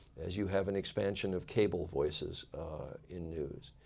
as you have an expansion of cable voices in news.